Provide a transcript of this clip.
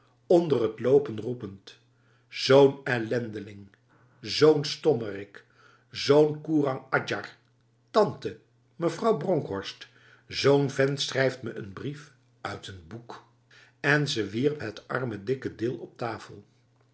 onder het lopen roepend zo'n ellendeling zo'n stommerik zo'n koerang adjar tante mevrouw bronkhorstb zo'n vent schrijft me een brief uit een boekt en ze wierp het arme dikke deel op tafel